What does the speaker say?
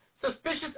Suspicious